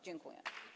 Dziękuję.